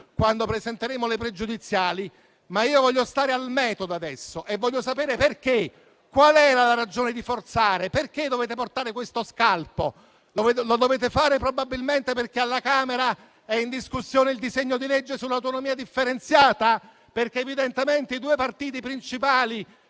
quando presenteremo le pregiudiziali, ma voglio stare al metodo adesso e voglio sapere qual era la ragione di forzare. Perché dovete portare questo scalpo? Lo dovete fare probabilmente perché alla Camera è in discussione il disegno di legge sull'autonomia differenziata ed evidentemente i due partiti principali